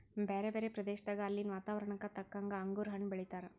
ಬ್ಯಾರೆ ಬ್ಯಾರೆ ಪ್ರದೇಶದಾಗ ಅಲ್ಲಿನ್ ವಾತಾವರಣಕ್ಕ ತಕ್ಕಂಗ್ ಅಂಗುರ್ ಹಣ್ಣ್ ಬೆಳೀತಾರ್